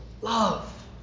love